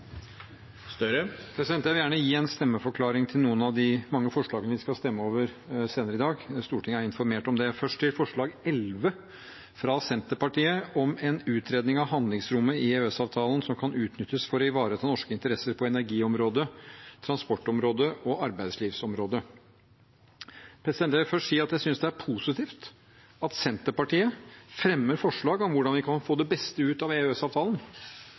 Jeg vil gjerne gi en stemmeforklaring til noen av de mange forslagene vi skal stemme over senere i dag, slik at Stortinget er informert om det. Først til forslag nr. 11, fra Senterpartiet, om en utredning av hvordan handlingsrommet i EØS-avtalen kan utnyttes for å ivareta norske interesser på energiområdet, transportområdet og arbeidslivsområdet. Jeg vil først si at det er positivt at Senterpartiet fremmer forslag om hvordan vi kan få det beste ut av